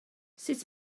sut